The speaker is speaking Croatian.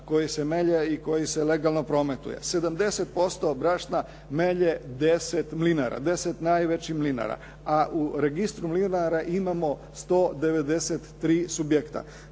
koji se melje i koji se legalno prometuje 70% brašna melje 10 mlinara, 10 najvećih mlinara, a u registru mlinara imamo 193 subjekta.